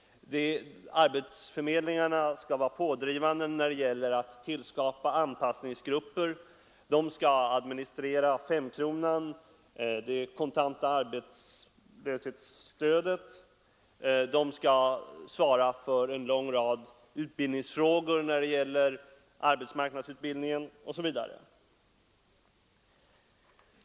Arbetsförmedlingarna skall vara pådrivande när det gäller att tillskapa anpassningsgrupper. De skall administrera femkronan, och det kontanta arbetslöshetsstödet. De skall svara för en hel serie frågor i samband med arbetsmarknadsutbildningen etc.